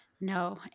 No